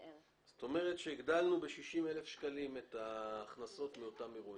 זאת אומרת שהגדלנו ב-60,000 שקלים את ההכנסות מאותם אירועים.